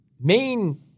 main